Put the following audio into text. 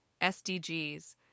SDGs